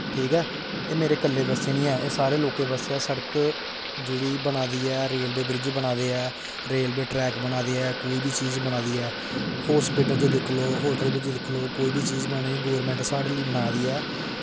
ठीक ऐ एह् मेरे कल्लै बास्तै निं ऐ एह् सारें लोकें बास्तै ऐ सड़क जेह्ड़ी बना दी ऐ रेलवे ब्रिज बना दे ऐ रेलवे ट्रैक बना दे ऐ कोई बी चीज बना दी ऐ हॉस्पिटल बिच दिक्खी लैओ होटल बिच दिक्खी लैओ कोई बी चीज बना दी ऐ गौरमेंट साढ़े लेई बना दी ऐ